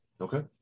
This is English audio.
Okay